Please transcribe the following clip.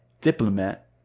Diplomat